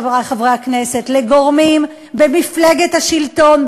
חברי חברי הכנסת: לגורמים במפלגת השלטון,